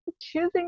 choosing